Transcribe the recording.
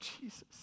Jesus